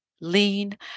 lean